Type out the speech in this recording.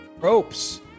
ropes